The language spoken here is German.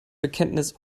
bekenntnis